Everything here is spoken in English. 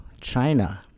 China